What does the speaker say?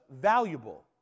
valuable